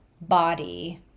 body